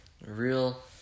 real